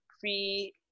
free